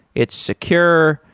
it's secure,